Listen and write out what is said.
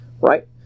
Right